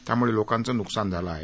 त्यामुळे लोकांचं नुकसान झालं आहे